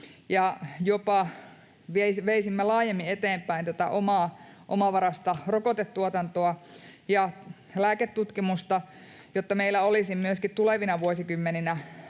jopa veisimme laajemmin eteenpäin tätä omaa, omavaraista rokotetuotantoa ja lääketutkimusta, jotta meillä olisi myöskin tulevina vuosikymmeninä